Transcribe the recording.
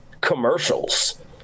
commercials